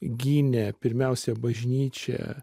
gynė pirmiausia bažnyčią